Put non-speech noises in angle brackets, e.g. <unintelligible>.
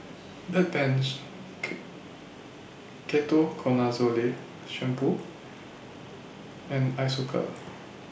Bedpans <unintelligible> Ketoconazole Shampoo and Isocal